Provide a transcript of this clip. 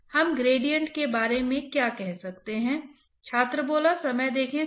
यह आपको heat transport गुणांक dCA by dy y के बराबर 0 पर देगा